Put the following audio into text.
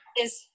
is-